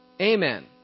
amen